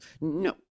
no